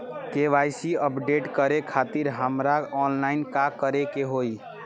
KYC update करे खातिर हमरा ऑनलाइन का करे के होई?